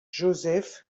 joseph